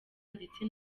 ndetse